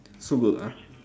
so good ah